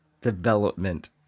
development